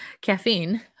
caffeine